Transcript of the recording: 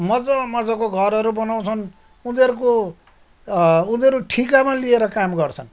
मज्जा मज्जाको घरहरू बनाउँछन् उनीहरूको उनीहरू ठिकामा लिएर काम गर्छन्